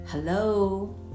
Hello